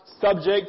subject